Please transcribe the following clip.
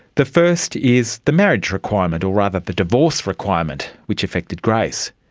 the first is the marriage requirement or rather the divorce requirement, which affected grace.